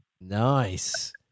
Nice